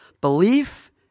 Belief